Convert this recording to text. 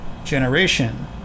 Generation